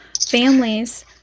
families